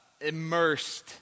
immersed